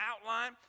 outline